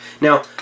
Now